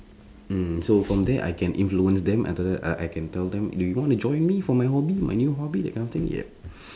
mm so from there I can influence them after that I I can tell them do you want to join me for my hobby my new hobby that kind of thing yup